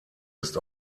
ist